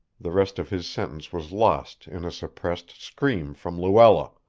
the rest of his sentence was lost in a suppressed scream from luella.